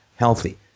healthy